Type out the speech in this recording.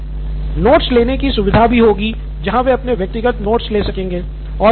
Siddharth Maturi notes लेने की सुविधा भी होगी जहां वे अपने व्यक्तिगत नोट्स ले सकेंगे